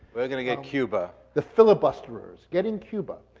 we're gonna get cuba. the filibusterers getting cuba.